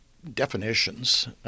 definitions